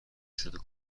شروع